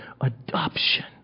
adoption